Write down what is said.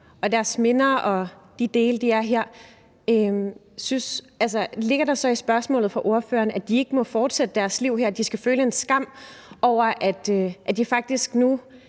deres minder og de dele er her, ligger der så i spørgsmålet fra ordføreren, at de ikke må fortsætte deres liv her, og at de skal føle en skam over, at de faktisk nu